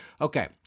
Okay